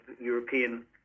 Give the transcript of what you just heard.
European